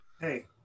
hey